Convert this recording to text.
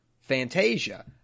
Fantasia